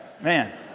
Man